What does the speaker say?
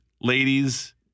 ladies